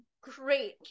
great